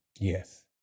Yes